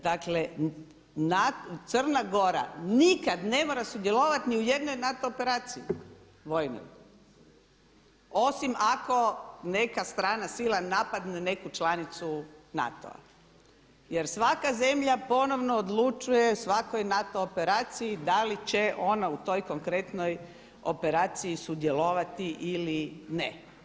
Dakle, Crna Gora nikad ne mora sudjelovati ni u jednoj NATO operaciji vojnoj, osim ako neka strana sila napadne neku članicu NATO-a jer svaka zemlja ponovno odlučuje o svakoj NATO operaciji da li će ona u toj konkretnoj operaciji sudjelovati ili ne.